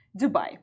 Dubai